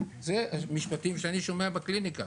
זה משפטים שאני שומע בקליניקה.